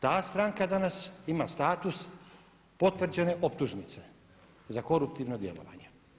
Ta stranka danas ima status potvrđene optužnice za koruptivno djelovanje.